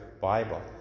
Bible